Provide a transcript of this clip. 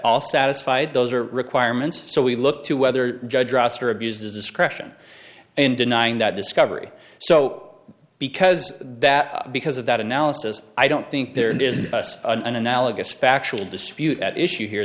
all satisfied those are requirements so we look to whether judge rosser abused his discretion in denying that discovery so because that because of that analysis i don't think there is an analogous factual dispute at issue here